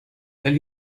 then